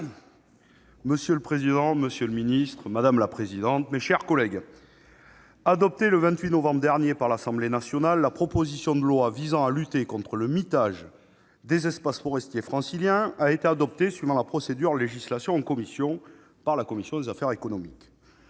Monsieur le président, monsieur le ministre, mes chers collègues, votée le 28 novembre dernier par l'Assemblée nationale, la proposition de loi visant à lutter contre le mitage des espaces forestiers franciliens a été adoptée, suivant la procédure de législation en commission, par la commission des affaires économiques.